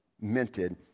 minted